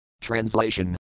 Translation